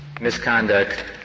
misconduct